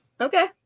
Okay